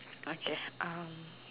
okay um